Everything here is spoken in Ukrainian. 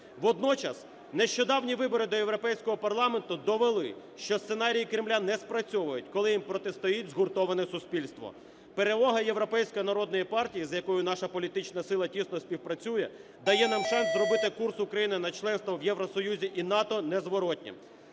Водночас нещодавні вибори до Європейського парламенту довели, що сценарії Кремля не спрацьовують, коли їм протистоїть згуртоване суспільство. Перемога Європейської народної партії, з якою наша політична сила тісно співпрацює, дає нам шанс зробити курс України на членство в Євросоюзі і НАТО незворотнім.